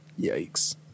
Yikes